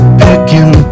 picking